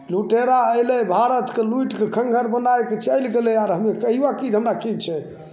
लुटेरा अएलै भारतके लुटिके खण्डहर बनैके चलि गेलै आओर हमे कहिअऽ कि जे हमरा कि छै